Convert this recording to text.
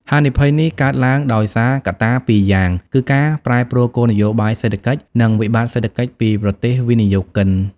ហានិភ័យនេះកើតឡើងដោយសារកត្តាពីរយ៉ាង គឺការប្រែប្រួលគោលនយោបាយសេដ្ឋកិច្ច និងវិបត្តិសេដ្ឋកិច្ចពីប្រទេសវិនិយោគិន។